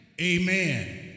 amen